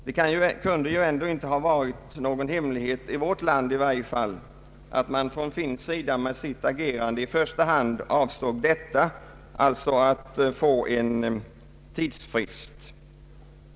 Det kunde inte ha varit någon hemlighet — i varje fall inte i vårt land — att man från finsk sida med sitt agerande i första hand avsåg att få en tidsfrist.